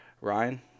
Ryan